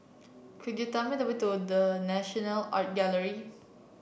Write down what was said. could you tell me the way to The National Art Gallery